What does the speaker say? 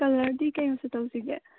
ꯀꯂꯔꯗꯤ ꯀꯔꯤ ꯃꯆꯨ ꯇꯧꯁꯤꯒꯦ